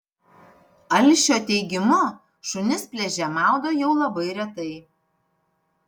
alšio teigimu šunis pliaže maudo jau labai retai